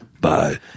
Bye